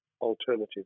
alternative